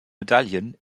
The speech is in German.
medaillen